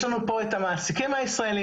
יש לנו פה את המעסיקים הישראליים,